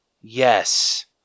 Yes